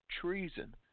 treason